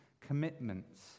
commitments